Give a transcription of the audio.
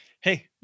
Hey